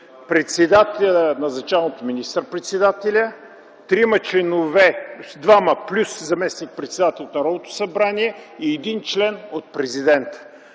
председател, назначен от министър-председателя, 3-ма членове (двама плюс заместник-председателя) от Народното събрание и един член от президента.